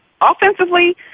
Offensively